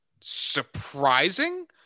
surprising